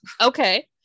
okay